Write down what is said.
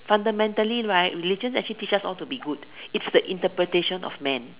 fundamentally right religions teaches us how to be good it's the interpretation of man